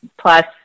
Plus